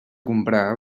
comprar